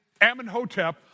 Amenhotep